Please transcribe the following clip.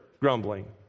grumbling